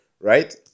right